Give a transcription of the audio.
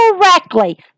correctly